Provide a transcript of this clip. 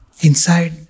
inside